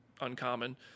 uncommon